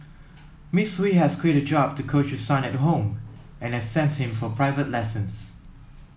Miss Hui has quit her job to coach her son at home and has sent him for private lessons